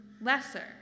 lesser